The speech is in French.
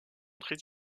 très